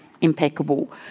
impeccable